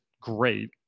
great